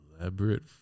Elaborate